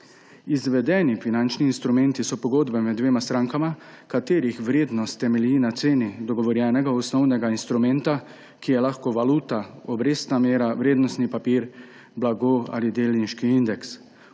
Izvedeni finančni instrumenti so pogodbe med dvema strankama, katerih vrednost temelji na ceni dogovorjenega osnovnega instrumenta, ki je lahko valuta, obrestna mera, vrednostni papir, blago ali delniški indeks.